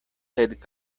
sed